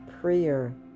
prayer